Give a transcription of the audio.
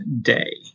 day